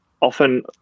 often